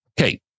Okay